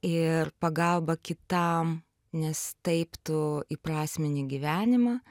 ir pagalba kitam nes taip tu įprasmini gyvenimą